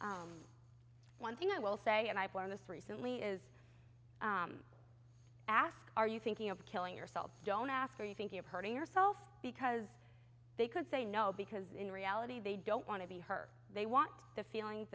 one thing i will say and i've learned this recently is ask are you thinking of killing yourself don't ask are you thinking of hurting yourself because they could say no because in reality they don't want to be her they want the feelings